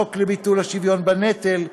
החוק לביטול השוויון בנטל,